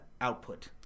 output